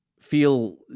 feel